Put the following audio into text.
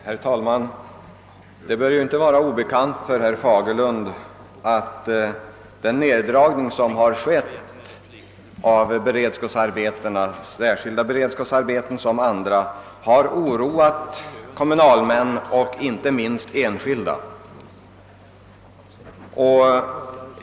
Herr talman! Det bör inte vara obekant för herr Fagerlund att den neddragning av beredskapsarbeten som har skett har oroat såväl kommunalmän som — och inte minst — enskilda.